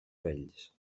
vells